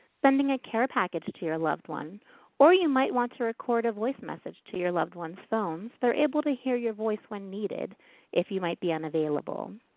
sending a care package to to your loved one or you might want to record a voice message to your loved ones phones. they're able to hear your voice when needed if you might be unavailable.